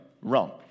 wrong